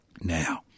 now